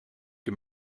que